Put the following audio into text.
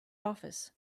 office